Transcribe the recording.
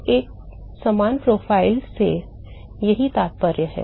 तो एक समान प्रोफ़ाइल से यही तात्पर्य है